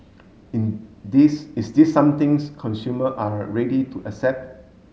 in this is this somethings consumer are ready to accept